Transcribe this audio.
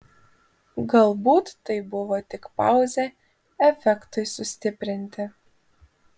galbūt tai buvo tik pauzė efektui sustiprinti